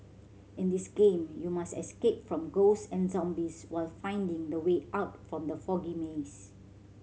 in this game you must escape from ghost and zombies while finding the way out from the foggy maze